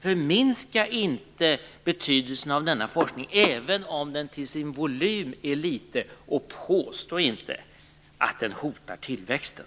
Förminska inte betydelsen av denna forskning, även om den till sin volym är liten, och påstå inte att den hotar tillväxten.